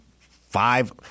five